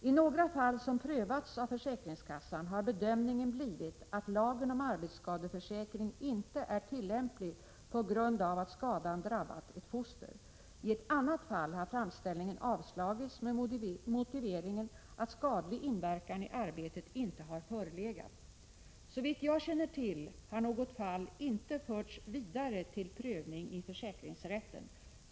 I några fall som prövats av försäkringskassan har bedömningen blivit att lagen om arbetsskadeförsäkring inte är tillämplig på grund av att skadan drabbat ett foster. I ett annat fall har framställningen avslagits med motiveringen att skadlig inverkan i arbetet inte har förelegat. Såvitt jag känner till har något fall inte förts vidare till prövning i försäkringsrätten.